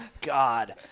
God